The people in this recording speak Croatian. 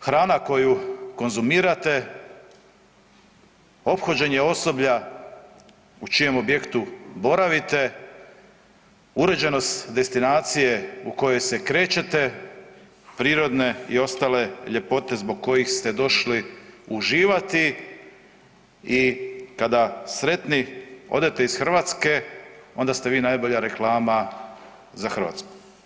hrana koju konzumirate, ophođenje osoblja u čijem objektu boravite, uređenost destinacije u kojoj se krećete, prirodne i ostale ljepote zbog kojih ste došli uživati i kada sretni odete iz Hrvatske onda ste vi najbolja reklama za Hrvatsku.